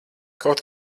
kaut